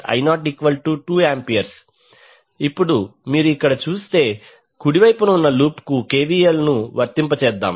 5I0I02A ఇప్పుడు మీరు ఇక్కడ చూసే కుడి వైపున ఉన్న లూప్కు KVL ను వర్తింపజేద్దాం